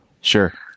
sure